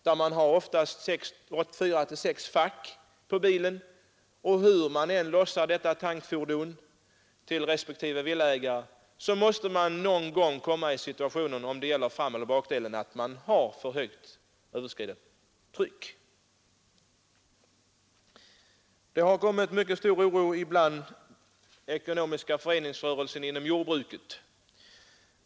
Där finns det oftast fyra eller sex fack på bilen, och hur man än lossar detta tankfordon till respektive villaägare måste man någon gång komma i den situationen att man har för högt tryck på antingen framaxel eller bakaxel. Det har uppstått stor oro hos den ekonomiska föreningsrörelsen inom jordbruket.